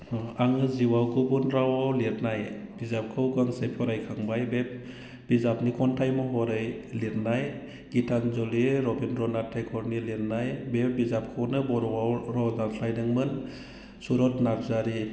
आङो जिउआव गुबुन रावआव लिरनाय बिजाबखौ गांसे फरायखांबाय बे बिजाबनि खन्थाइ महरै लिरनाय गिथानजलि रबीनद्रनाथ थेगरनि लिरनाय बे बिजाबखौनो बर'आव रावआव दानस्लायदोंमोन सुरत नार्जारिया